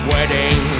Wedding